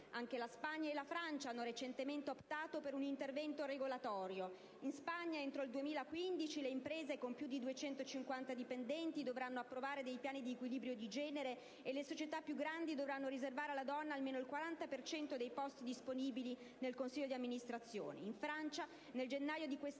Anche la Spagna e la Francia hanno recentemente optato per un intervento regolatorio: in Spagna, entro il 2015 le imprese con più di 250 dipendenti dovranno approvare dei piani di equilibrio di genere, e le società più grandi dovranno riservare alle donne almeno il 40 per cento dei posti disponibili nel consiglio di amministrazione;